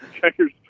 Checkers